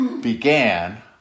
began